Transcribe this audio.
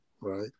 right